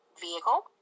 vehicle